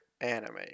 anime